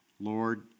Lord